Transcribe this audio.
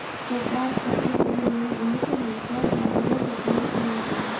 प्रचार पत्र के लेल बहुत हल्का कागजक उपयोग कयल गेल